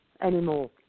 anymore